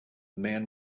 man